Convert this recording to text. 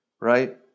right